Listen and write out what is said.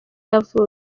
yavutse